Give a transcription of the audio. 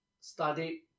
studied